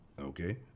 Okay